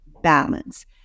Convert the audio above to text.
balance